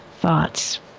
thoughts